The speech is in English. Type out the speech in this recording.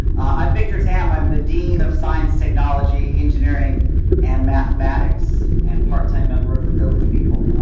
i'm victor tam, i'm the dean of science, technology, engineering and mathematics, and part-time member of the village people.